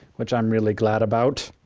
which i'm really glad about.